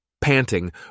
Panting